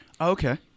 okay